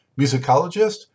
musicologist